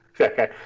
Okay